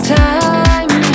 time